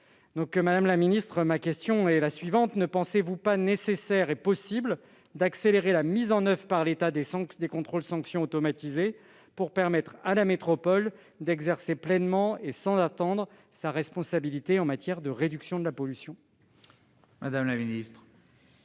Madame la ministre, ma question est la suivante : ne pensez-vous pas nécessaire et possible d'accélérer la mise en oeuvre par l'État des contrôles-sanctions automatisés pour permettre à la métropole d'exercer pleinement et sans attendre sa responsabilité en matière de réduction de la pollution ? La parole est